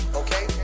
okay